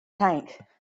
tank